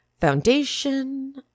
foundation